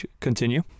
continue